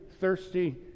thirsty